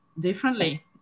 differently